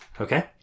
Okay